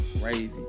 crazy